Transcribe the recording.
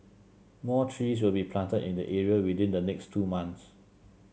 more trees will be planted in the area within the next two months